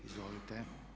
Izvolite.